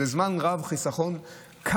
זה חיסכון רב בזמן.